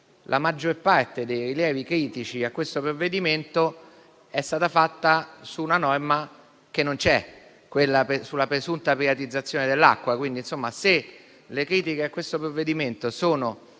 La maggior parte dei rilievi critici a questo provvedimento è stata fatta su una norma che non c'è, quella sulla presunta privatizzazione dell'acqua. Quindi, se le critiche a questo provvedimento sono